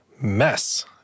mess